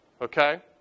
Okay